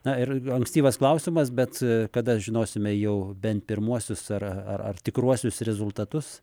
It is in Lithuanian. na ir ankstyvas klausimas bet kada žinosime jau bent pirmuosius ar tikruosius rezultatus